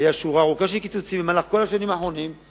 היתה שורה ארוכה של קיצוצים במהלך כל השנים האחרונות,